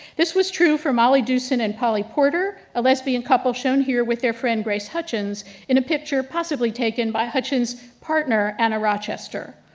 this was true for molly dewson and polly porter, a lesbian couple shown here with their friend grace hutchens in a picture possibly taken by hutchen's partner, anna rochester.